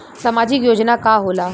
सामाजिक योजना का होला?